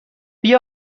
بیا